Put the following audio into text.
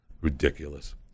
Ridiculous